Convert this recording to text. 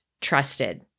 trusted